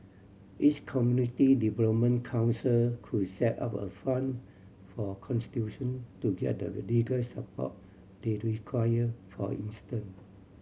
each community development council could set up a fund for constitution to get the legal support they require for instance